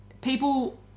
people